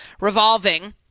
revolving